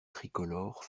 tricolore